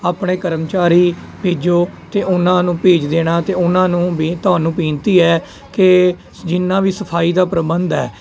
ਆਪਣੇ ਕਰਮਚਾਰੀ ਭੇਜੋ ਅਤੇ ਉਹਨਾਂ ਨੂੰ ਭੇਜ ਦੇਣਾ ਅਤੇ ਉਹਨਾਂ ਨੂੰ ਵੀ ਤੁਹਾਨੂੰ ਬੇਨਤੀ ਹੈ ਕਿ ਜਿੰਨਾ ਵੀ ਸਫਾਈ ਦਾ ਪ੍ਰਬੰਧ ਹੈ